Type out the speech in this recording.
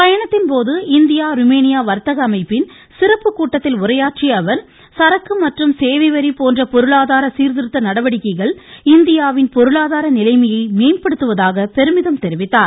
பயணத்தின்போது India Romania வர்த்தக அமைப்பின் சிறப்பு கூட்டத்தில் உரையாற்றிய அவர் சரக்கு மற்றும் சேவை வரி போன்ற பொருளாதார சீர்திருத்த நடவடிக்கைகள் இந்தியாவின் பொருளாதார நிலைமையை மேம்படுத்துவதாக பெருமிதம் தெரிவித்தார்